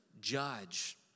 judge